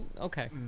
Okay